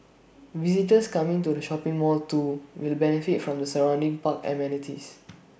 visitors coming to the shopping mall too will benefit from the surrounding park amenities